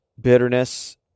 bitterness